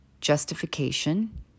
justification